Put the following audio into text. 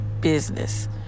business